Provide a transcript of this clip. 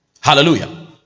hallelujah